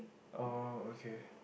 oh okay